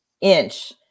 inch